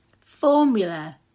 Formula